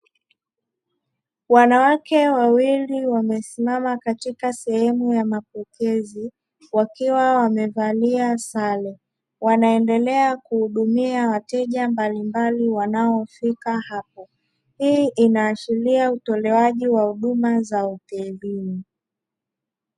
Wanawake wawili wamesimama katika sehemu ya mapokezi wakiwa wamevalia sare, wanaendelea kuhudumia wateja mbalimbali wanaofika hapo. Hii inaashiria utolewaji wa huduma za hotelini